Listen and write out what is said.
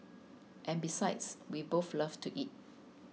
and besides we both love to eat